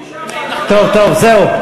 באמצעות פגישה, טוב, טוב, זהו.